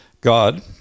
God